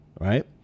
right